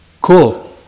Cool